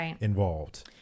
involved